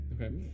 Okay